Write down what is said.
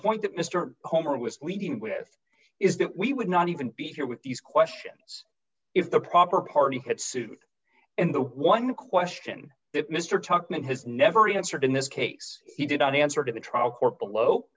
point that mr homer was leading with is that we would not even be here with these questions if the proper party had sued and the one question that mr tuchman has never answered in this case he didn't answer to the trial court below